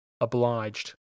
obliged